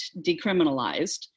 decriminalized